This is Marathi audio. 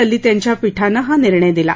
ललित यांच्या पीठानं हा निर्णय दिला